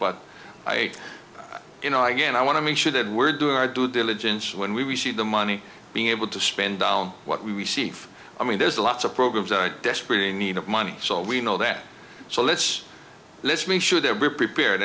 but i you know again i want to make sure that we're doing our due diligence when we receive the money being able to spend on what we receive i mean there's lots of programs are desperately in need of money so we know that so let's let's make sure that we're prepared